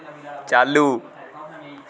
चालू